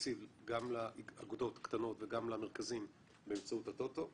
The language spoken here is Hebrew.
התקציב גם לאגודות הקטנות וגם למרכזים באמצעות הטוטו.